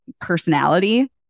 personality